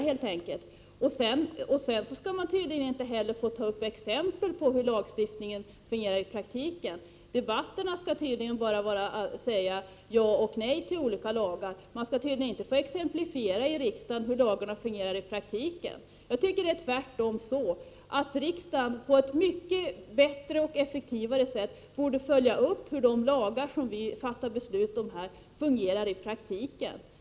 Sedan skall man tydligen inte heller få ta upp exempel på hur lagstiftningen fungerar i praktiken, utan i riksdagsdebatterna skall man uppenbarligen bara få säga ja eller nej till olika lagförslag. Jag tycker tvärtom att riksdagen på ett mycket bättre och effektivare sätt borde följa upp hur de lagar vi fattar beslut om fungerar i praktiken.